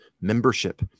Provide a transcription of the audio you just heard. membership